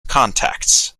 contacts